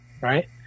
right